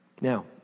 Now